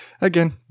Again